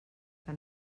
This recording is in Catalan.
que